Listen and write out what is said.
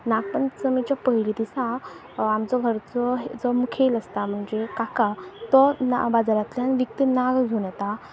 नागपंचमेच्या पयली दिसा आमचो घरचो जो मुखेल आसता म्हणजे काका तो बाजारांतल्यान विकते नाग घेवन येता